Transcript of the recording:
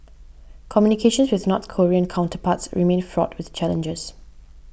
communications with North Korean counterparts remain fraught with challenges